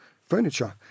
furniture